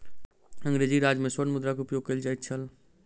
अंग्रेजी राज में स्वर्ण मुद्रा के उपयोग कयल जाइत छल